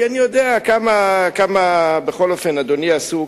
כי אני יודע כמה בכל אופן אדוני עסוק,